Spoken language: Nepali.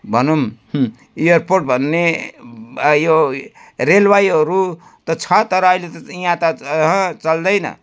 भनुम् एयरपोर्ट भन्ने यो रेलवेहरू त छ तर अहिले त यहाँ त अँहँ चल्दैन